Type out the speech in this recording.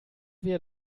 wir